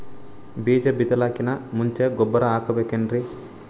ಬೀಜ ಬಿತಲಾಕಿನ್ ಮುಂಚ ಗೊಬ್ಬರ ಹಾಕಬೇಕ್ ಏನ್ರೀ?